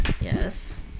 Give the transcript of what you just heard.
Yes